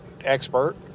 expert